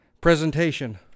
presentation